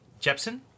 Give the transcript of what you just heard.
Jepsen